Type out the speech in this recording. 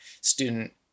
student